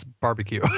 barbecue